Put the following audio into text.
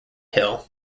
hill